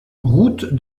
route